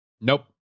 Nope